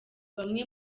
bamwe